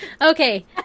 Okay